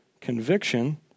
conviction